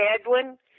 Edwin